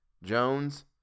Jones